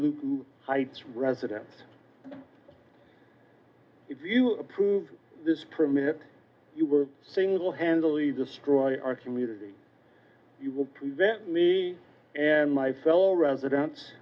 luke heights resident if you approve this permit you were single handedly destroy our community you will prevent me and my fellow residents